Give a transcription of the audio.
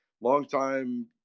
longtime